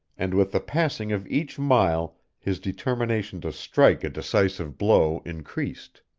and with the passing of each mile his determination to strike a decisive blow increased.